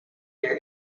their